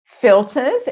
filters